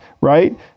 right